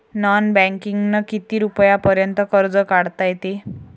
Non बँकिंगनं किती रुपयापर्यंत कर्ज काढता येते?